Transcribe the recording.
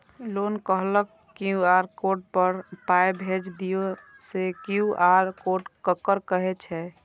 लोग कहलक QR code पर पाय भेज दियौ से क्यू.आर कोड ककरा कहै छै?